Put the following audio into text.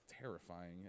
terrifying